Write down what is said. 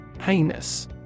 Heinous